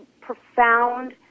profound